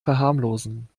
verharmlosen